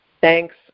thanks